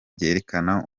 byerekana